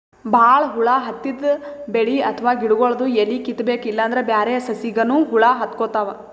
ಭಾಳ್ ಹುಳ ಹತ್ತಿದ್ ಬೆಳಿ ಅಥವಾ ಗಿಡಗೊಳ್ದು ಎಲಿ ಕಿತ್ತಬೇಕ್ ಇಲ್ಲಂದ್ರ ಬ್ಯಾರೆ ಸಸಿಗನೂ ಹುಳ ಹತ್ಕೊತಾವ್